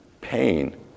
pain